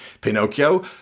Pinocchio